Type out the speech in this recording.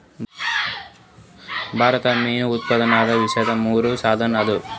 ಭಾರತ ಮೀನು ಉತ್ಪಾದನದಾಗ ವಿಶ್ವದ ಮೂರನೇ ಸ್ಥಾನದಾಗ ಅದ